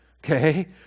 Okay